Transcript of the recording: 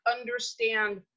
understand